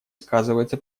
сказывается